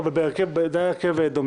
ועדה מיוחדת, אבל זה היה הרכב דומה.